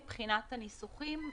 מבחינת הניסוחים,